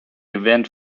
event